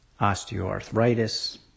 osteoarthritis